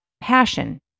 passion